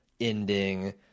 ending –